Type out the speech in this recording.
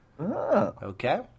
okay